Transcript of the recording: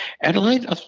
Adelaide